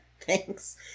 Thanks